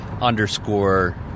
underscore